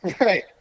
Right